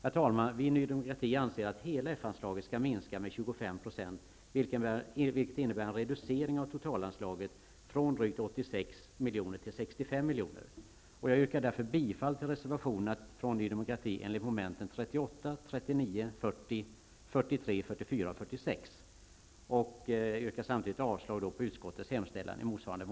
Vi i Ny demokrati anser att hela F-anslaget skall minska med 25 %, vilket innebär en reducering av totalanslaget från drygt 86 miljoner till 65 milj.kr. Jag yrkar därför bifall även till reservation 2 från Ny demokrati, avseende mom. 38, 39, 40, 43, 44 och 46